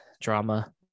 Drama